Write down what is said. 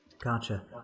Gotcha